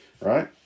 right